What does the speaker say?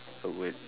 I would